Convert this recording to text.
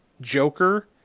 Joker